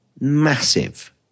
massive